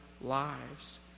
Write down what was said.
lives